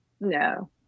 No